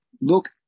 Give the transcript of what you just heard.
look